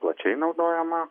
plačiai naudojama